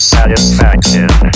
Satisfaction